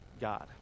God